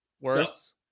Worse